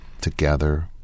together